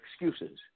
excuses